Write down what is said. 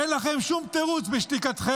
אין לכם שום תירוץ בשתיקתכם.